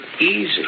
easy